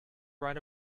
write